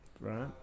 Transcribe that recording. Right